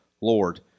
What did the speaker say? Lord